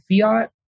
fiat